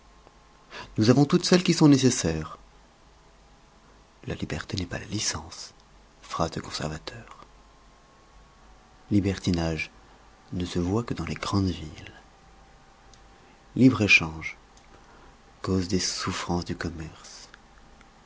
nous avons toutes celles qui sont nécessaires la liberté n'est pas la licence phrase de conservateur libertinage ne se voit que dans les grandes villes libre échange cause des souffrances du commerce